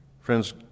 Friends